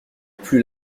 plus